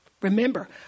Remember